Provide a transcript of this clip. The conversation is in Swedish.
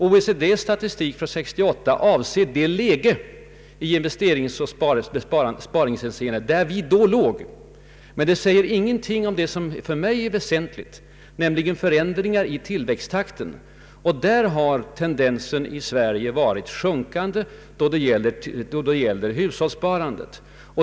OECD:s statistik för 1968 avser det läge i investeringsoch besparingshänseende i vilket vi då befann oss, men det säger ingenting om det som för mig är väsentligt, nämligen förändringar i tillväxttakten. I det hänseendet har tendensen i Sverige varit sjunkande främst när det gäller hushållssparandet.